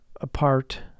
apart